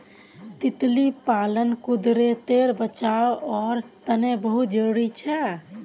तितली पालन कुदरतेर बचाओर तने बहुत ज़रूरी छे